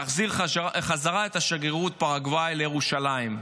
להחזיר את שגרירות פרגוואי לירושלים.